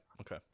okay